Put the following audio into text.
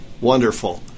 wonderful